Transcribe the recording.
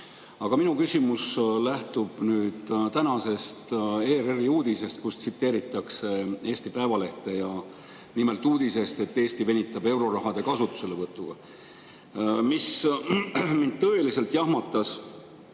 Aga minu küsimus lähtub nüüd tänasest ERR-i uudisest, kus tsiteeritakse Eesti Päevalehte, nimelt uudisest, et Eesti venitab eurorahade kasutuselevõtuga. Mis mind tõeliselt jahmatas,